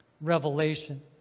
revelation